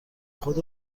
خود